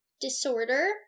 disorder